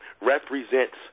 represents